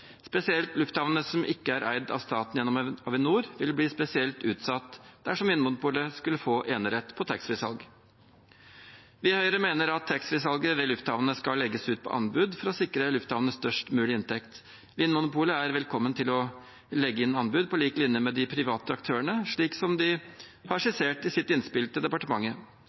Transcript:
Lufthavnene som ikke er eid av staten gjennom Avinor, ville bli spesielt utsatt dersom Vinmonopolet skulle få enerett på taxfree-salg. Vi i Høyre mener at taxfree-salget ved lufthavnene skal legges ut på anbud for å sikre lufthavnene størst mulig inntekt. Vinmonopolet er velkommen til å legge inn anbud, på lik linje med de private aktørene, slik som de har skissert i sitt innspill til departementet.